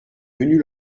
venue